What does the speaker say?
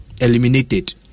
eliminated